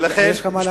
יש לך מה להציע?